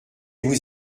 vous